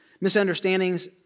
misunderstandings